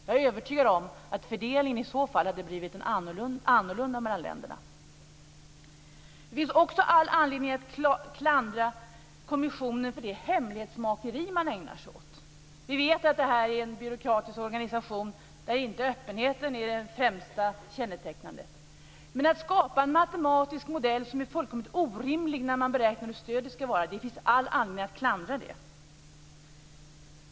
Jag är övertygad om att fördelningen mellan länderna i så fall hade blivit annorlunda. Det finns också all anledning att klandra kommissionen för det hemlighetsmakeri som man ägnar sig åt. Vi vet att det är en byråkratisk organisation där öppenheten inte är det främsta kännetecknet. Men att man skapar en matematisk modell som är fullständigt orimlig när man beräknar hur stort stödet ska vara finns det all anledning att klandra.